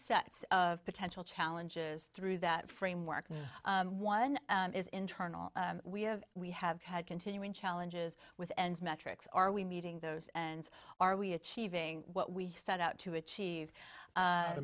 sets of potential challenges through that framework and one is internal we have we have had continuing challenges with ns metrics are we meeting those and are we achieving what we set out to achieve